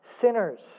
sinners